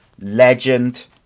legend